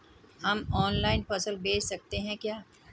हम ऑनलाइन फसल बेच सकते हैं क्या?